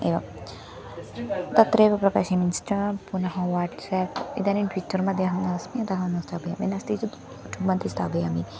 एवं तत्रैव प्रकाशनं इन्स्टा पुनः वाट्साप् इदानीं ट्विट्टर् मध्ये अहं नास्मि अतः न स्थापयामि नास्ति चेत् युटुब् मध्ये स्थापयामि